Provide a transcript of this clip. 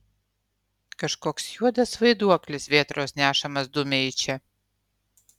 kažkoks juodas vaiduoklis vėtros nešamas dumia į čia